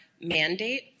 mandate